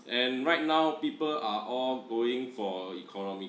and right now people are all going for economical